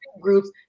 groups